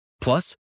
Plus